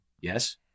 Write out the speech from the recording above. Yes